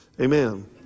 Amen